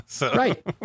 right